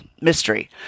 mystery